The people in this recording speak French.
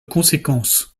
conséquence